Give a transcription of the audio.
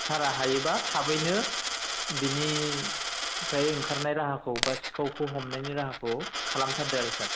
सारा हायोब्ला थाबैनो बिनिफ्राय ओंखारनाय राहाखौ बा सिखावखौ हमनायनि राहाखौ खालामथारदो आरो सार